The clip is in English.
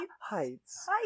Heights